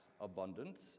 abundance